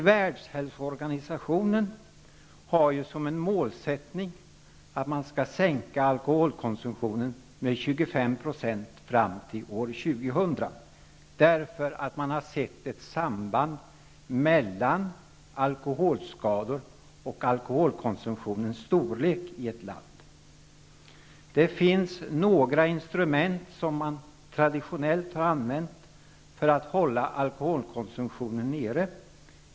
Världshälsoorganisationen har som målsättning att alkoholkonsumtionen skall minska med 25 % fram till år 2000, därför att man har sett ett samband mellan alkoholskador och alkoholkonsumtionens storlek i ett land. Det finns några instrument som man traditionellt har använt för att hålla alkoholkonsumtionen nere.